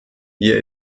hier